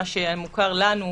מה שהיה מוכר לנו,